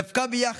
דווקא ביחד,